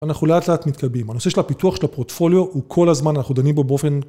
אנחנו לאט לאט מתקדמים, הנושא של הפיתוח של הפורטפוליו הוא כל הזמן, אנחנו דנים בו באופן...